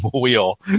wheel